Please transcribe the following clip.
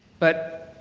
but,